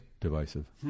Divisive